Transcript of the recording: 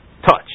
touch